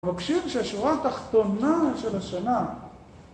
מבקשים שהשורה התחתונה של השנה